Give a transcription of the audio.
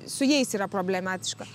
su jais yra problematiška